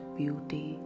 beauty